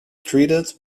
treated